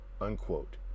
unquote